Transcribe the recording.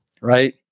Right